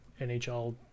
NHL